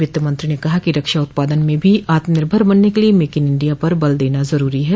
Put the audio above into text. वित्त मंत्री ने कहा कि रक्षा उत्पादन में भी आत्मनिर्भर बनने के लिए मेक इन इण्डिया पर बल देना जरूरी है